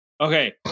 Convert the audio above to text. Okay